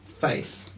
face